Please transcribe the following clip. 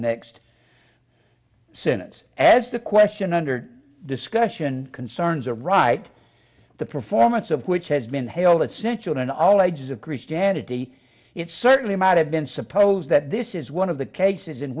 next since as the question under discussion concerns are right the performance of which has been hailed essential in all ages of christianity it certainly might have been supposed that this is one of the cases in